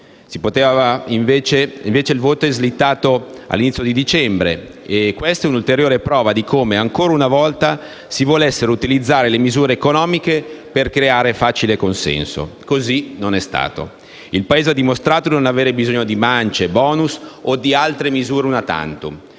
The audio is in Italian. Invece, il voto è slittato sino all'inizio di dicembre e questa è un'ulteriore prova di come, ancora una volta, si volessero utilizzare le misure economiche per creare facile consenso. Così non è stato. Il Paese ha dimostrato di non avere bisogno di mance, di *bonus* o di altre misure *una tantum*.